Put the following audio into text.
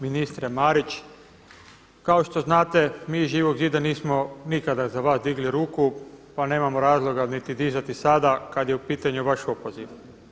Ministre Marić, kao što znate mi iz Živog zida nismo nikada za vas digli ruku pa nemamo razloga niti dizati sada kada je u pitanju vaš opoziv.